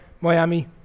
Miami